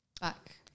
back